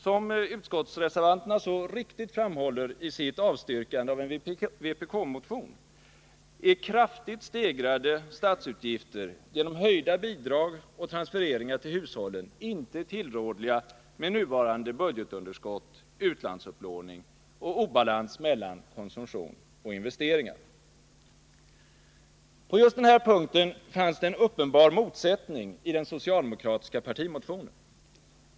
Som utskottsreservanterna så riktigt framhåller i sitt avstyrkande av en vpk-motion, är kraftigt stegrade statsutgifter genom höjda bidrag och transfereringar till hushållen inte tillrådliga med nuvarande budgetunderskott, utlandsupplåning och obalans mellan konsumtion och investeringar. På den här punkten fanns det en uppenbar motsättning i den socialdemokratiska partimotionen.